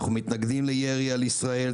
אנחנו מתנגדים לירי על ישראל,